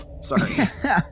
sorry